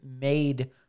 made